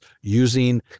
using